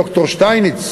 ד"ר שטייניץ,